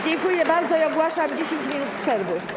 Dziękuję bardzo i ogłaszam 10 minut przerwy.